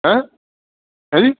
ਹੈਂ ਹੈਂਜੀ